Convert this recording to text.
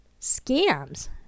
scams